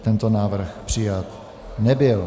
Tento návrh přijat nebyl.